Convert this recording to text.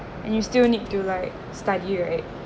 and you still need to like study right